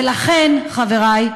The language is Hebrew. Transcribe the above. ולכן, חברי,